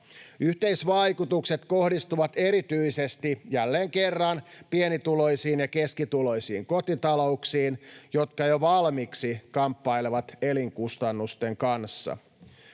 Yhteisvaikutukset kohdistuvat erityisesti jälleen kerran pienituloisiin ja keskituloisiin kotitalouksiin, jotka jo valmiiksi kamppailevat elinkustannusten kanssa.